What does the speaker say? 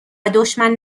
دشمن